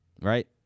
Right